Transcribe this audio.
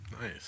Nice